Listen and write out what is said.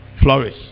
flourish